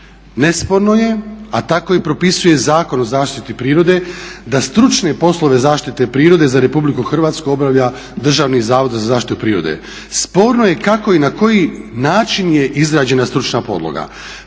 Nesporno je, a tako i propisuje Zakon o zaštiti prirode, da stručne poslove zaštite prirode za RH obavlja Državni zavod za zaštitu prirode. Sporno je kako i na koji način je izrađena stručna podloga.